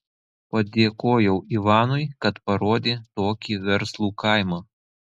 padėkojau ivanui kad parodė tokį verslų kaimą